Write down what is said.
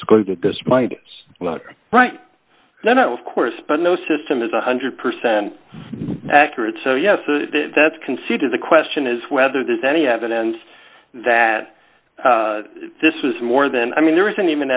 it's going to disappoint us right then of course but no system is one hundred percent accurate so yes that's conceded the question is whether there's any evidence that this was more than i mean there isn't even